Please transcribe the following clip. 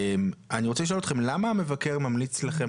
אני רוצה לשאול אתכם למה המבקר ממליץ לכם,